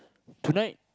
tonight